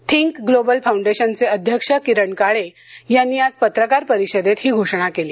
think global फौंडेशनचे अध्यक्ष किरण काळे यांनी आज पत्रकार परिषदेत ही घोषणा केली